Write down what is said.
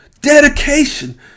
dedication